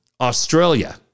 Australia